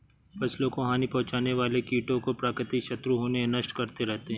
फसलों को हानि पहुँचाने वाले कीटों के प्राकृतिक शत्रु उन्हें नष्ट करते रहते हैं